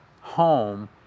home